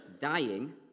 dying